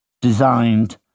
designed